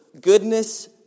goodness